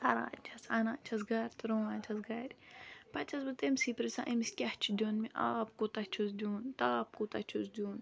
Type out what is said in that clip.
کَران چھَس اَنان چھَس گَرٕ تہٕ رُوان چھَس گَرِ پَتہٕ چھَس بہٕ تٔمۍ سٕے پِرٛژھان أمِس کیٛاہ چھِ دیُن مےٚ آب کوٗتاہ چھُس دیُن تاپھ کوٗتاہ چھُس دیُن